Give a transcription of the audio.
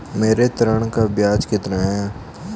मेरे ऋण का ब्याज कितना है?